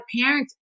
parents